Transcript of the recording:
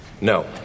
No